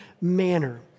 manner